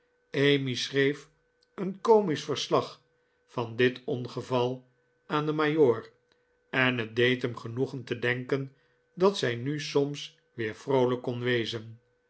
emmy schreef een komisch verslag van dit ongeval aan den majoor en het deed hem genoegen te denken dat zij nu soms weer vroolijk kon wezen